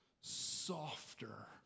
softer